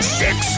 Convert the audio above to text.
six